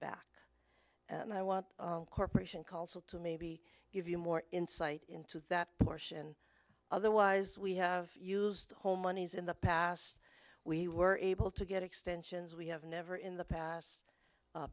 back and i want corporation called to maybe give you more insight into that portion otherwise we have used the whole monies in the past we were able to get extensions we have never in the past